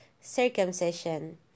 circumcision